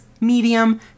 medium